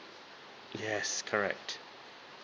yes correct